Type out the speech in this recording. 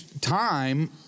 time